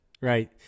Right